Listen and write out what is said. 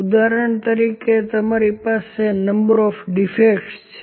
ઉદાહરણ તરીકે તમારી પાસે નંબર ઓફ ડીફેક્ટ્સ છે